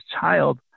child